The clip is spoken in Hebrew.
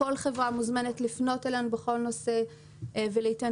כל חברה מוזמנת לפנות אלינו בכל נושא ולהתעניין,